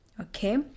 Okay